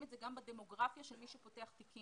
את זה גם בדמוגרפיה של מי שפותח תיקים,